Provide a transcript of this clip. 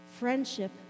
Friendship